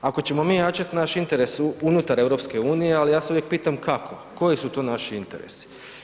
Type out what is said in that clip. Ako ćemo mi jačati naš interes unutar EH, ali ja se uvijek pitam kako, koji su to naši interesi?